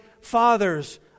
Father's